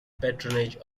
patronage